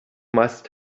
must